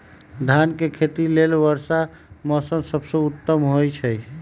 धान के खेती लेल वर्षा मौसम सबसे उत्तम होई छै